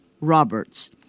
Roberts